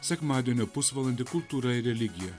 sekmadienio pusvalandį kultūra ir religija